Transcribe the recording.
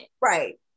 right